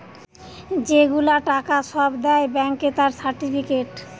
যে গুলা টাকা সব দেয় ব্যাংকে তার সার্টিফিকেট